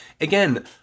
again